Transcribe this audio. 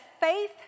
faith